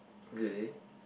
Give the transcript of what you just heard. okay